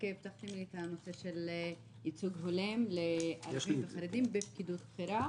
רק הבטחתם לי את הנושא של ייצוג הולם של ערבים וחרדים בפקידות הבכירה.